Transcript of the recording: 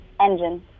Engine